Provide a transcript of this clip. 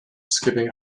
skipping